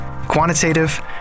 quantitative